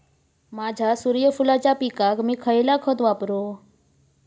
माझ्या सूर्यफुलाच्या पिकाक मी खयला खत वापरू?